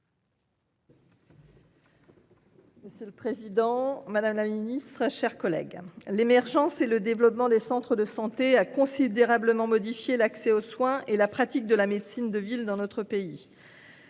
Monsieur le Président Madame la Ministre chers collègues l'émergence et le développement des centres de santé a considérablement modifié l'accès aux soins et la pratique de la médecine de ville dans notre pays.